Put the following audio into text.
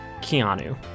Keanu